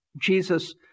Jesus